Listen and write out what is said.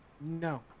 No